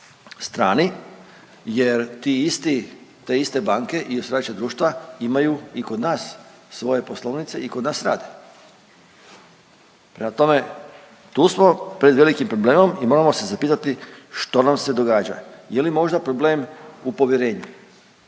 isti, te iste banke i osiguravajuća društva imaju i kod nas svoje poslovnice i kod nas rade. Prema tome, tu smo pred velikim problemom i moramo se zapitati što nam se događa, je li možda problem u povjerenju